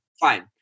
Fine